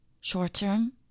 Short-term